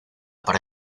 para